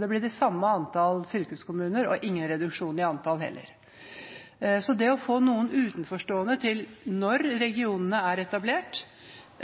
Det ble det samme antall fylkeskommuner – altså ingen reduksjon. Det å få noen utenforstående til å se på inndelingen av regionene når de er etablert,